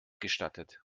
gestattet